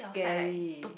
scary